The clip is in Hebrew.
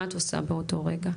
מה את עושה באותו רגע?